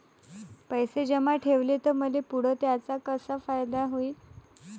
पैसे जमा ठेवले त मले पुढं त्याचा कसा फायदा होईन?